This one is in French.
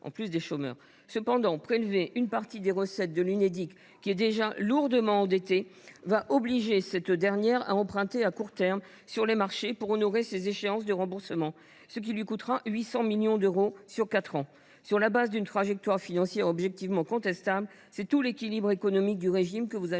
Cependant, prélever une partie des recettes de l’Unédic, qui est déjà lourdement endettée, obligera cette dernière à emprunter à court terme sur les marchés pour honorer ses échéances de remboursement, ce qui lui coûtera 800 millions d’euros sur quatre ans. Avec cette trajectoire financière objectivement contestable, c’est tout l’équilibre économique du régime que vous allez fragiliser